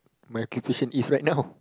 my occupation is right now